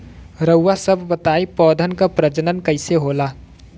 रउआ सभ बताई पौधन क प्रजनन कईसे होला?